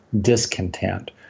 discontent